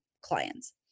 clients